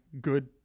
good